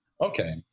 Okay